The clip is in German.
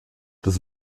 des